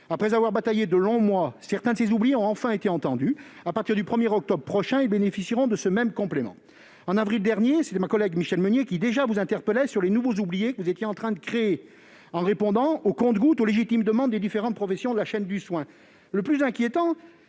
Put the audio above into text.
Après avoir bataillé de longs mois, certains de ces oubliés ont enfin été entendus. À partir du 1 octobre prochain, ils bénéficieront de ce même complément. En avril dernier, ma collègue Michelle Meunier vous interpellait déjà sur les « nouveaux oubliés » que le Gouvernement était en train de créer en répondant au compte-gouttes aux légitimes demandes des différentes professions de la chaîne du soin. Le plus inquiétant